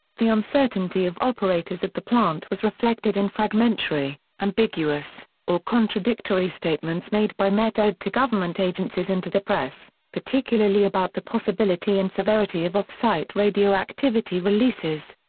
the uncertainty of operators at the plant was reflected in fragmentary, ambiguous, or contradictory statements made by met ed to government agencies and to the press, particularly about the possibility and severity of off-site radioactivity releases.